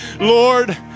Lord